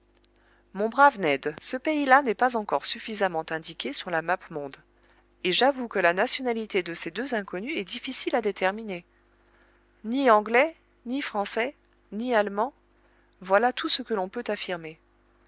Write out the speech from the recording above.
mon brave ned ce pays-là n'est pas encore suffisamment indiqué sur la mappemonde et j'avoue que la nationalité de ces deux inconnus est difficile à déterminer ni anglais ni français ni allemands voilà tout ce que l'on peut affirmer